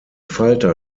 falter